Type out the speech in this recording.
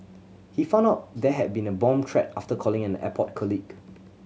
he found out there had been a bomb threat after calling an airport colleague